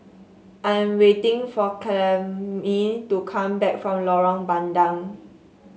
I am waiting for Clemmie to come back from Lorong Bandang